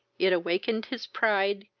it awakened his pride,